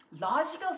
logical